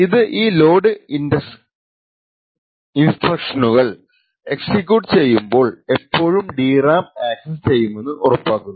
ഇത് ഈ ലോഡ് ഇൻസ്ട്രക്ഷനുകൾ എക്സിക്യൂട്ട് ചെയ്യുമ്പോൾ എപ്പോഴും DRAM അക്സസ്സ് ചെയ്യുമെന്ന് ഉറപ്പാക്കുന്നു